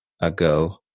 Ago